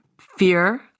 fear